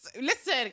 listen